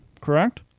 correct